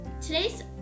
today's